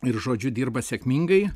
ir žodžiu dirba sėkmingai